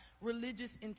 religious